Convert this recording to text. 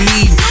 Need